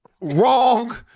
Wrong